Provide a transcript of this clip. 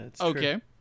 okay